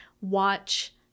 watch